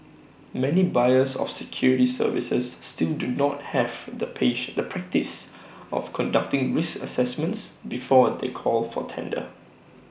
many buyers of security services still do not have the patient the practice of conducting risk assessments before they call for tender